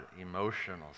emotional